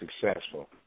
successful